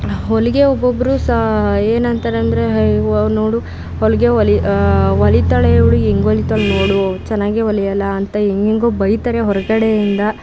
ಹೊಲಿಗೆ ಒಬ್ಬೊಬ್ಬರು ಸಾ ಏನು ಅಂತಾರೆ ಅಂದರೆ ವಾ ನೋಡು ಹೊಲಿಗೆ ಹೊಲಿ ಹೊಲಿತಾಳೆ ಇವಳು ಹೆಂಗ್ ಹೊಲಿತಾಳೆ ನೋಡು ಚೆನ್ನಾಗೇ ಹೊಲಿಯಲ್ಲ ಅಂತ ಹೆಂಗೆಂಗೋ ಬೈತಾರೆ ಹೊರಗಡೆಯಿಂದ